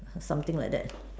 something like that